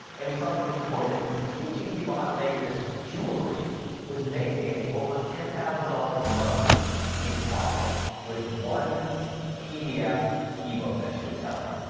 and we saw that this woman who was teaching people how to make this jewelry was making over ten thousand dollars a month in profit with one pdf e-book that she was selling.